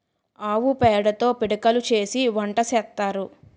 ఆవు పేడతో పిడకలు చేసి వంట సేత్తారు